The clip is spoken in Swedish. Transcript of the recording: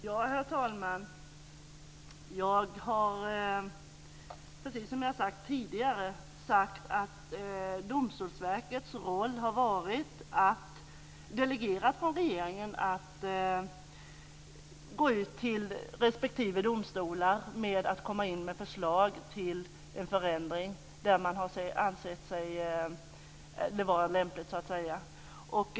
Herr talman! Jag har sagt att Domstolsverkets roll - delegerat från regeringen - har varit gå ut till respektive domstolar och begära in förslag till förändringar där man ansett det vara lämpligt.